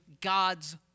God's